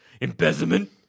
embezzlement